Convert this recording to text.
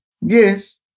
Yes